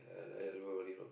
uh River Valley road